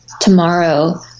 tomorrow